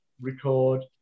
record